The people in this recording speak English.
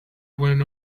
when